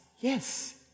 yes